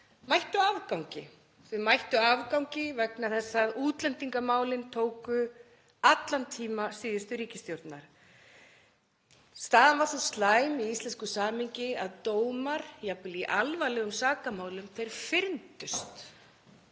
mættu afgangi. Þeir mættu afgangi vegna þess að útlendingamálin tóku allan tíma síðustu ríkisstjórnar. Staðan var svo slæm í íslensku samhengi að dómar, jafnvel í alvarlegum sakamálum, fyrndust.